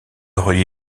relie